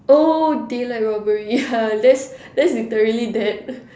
oh daylight robbery that's that's literally that